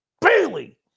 Bailey